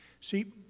See